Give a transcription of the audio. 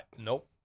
nope